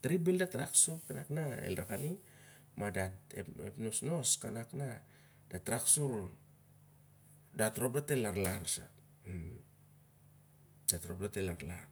Tare bel dat rak sur kanak nel rak aning. ep nosnos kanak na dat rak sur dat rop dat el ar lar sa. dat rop dat el arlar.